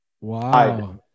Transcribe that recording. Wow